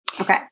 Okay